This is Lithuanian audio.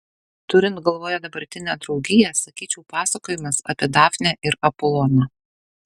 turint galvoje dabartinę draugiją sakyčiau pasakojimas apie dafnę ir apoloną